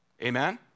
Amen